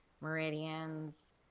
meridians